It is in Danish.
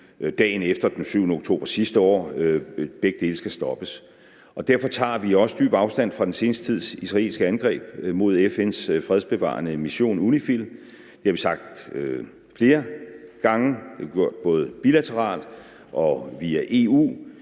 dagen efter den 7. oktober sidste år. Begge dele skal stoppes, og derfor tager vi også dyb afstand fra den seneste tids israelske angreb mod FN's fredsbevarende mission, UNIFIL. Det har vi sagt flere gange, og det har vi